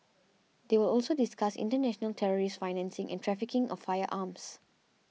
they will also discuss international terrorist financing and trafficking of firearms